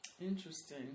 Interesting